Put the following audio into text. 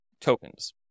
tokens